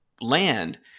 land